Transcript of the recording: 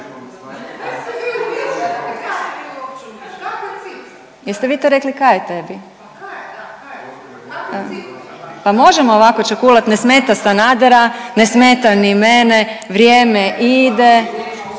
je, da kaj je, kakve cipele?/… Pa možemo ovako ćakulat, ne smeta Sanadera, ne smeta ni mene, vrijeme ide,